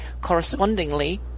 correspondingly